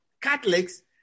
Catholics